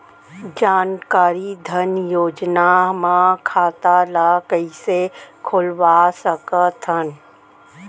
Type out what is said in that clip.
जानकारी धन योजना म खाता ल कइसे खोलवा सकथन?